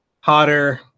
hotter